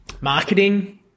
marketing